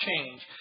change